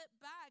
back